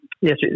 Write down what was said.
yes